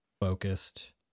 focused